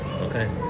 Okay